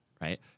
right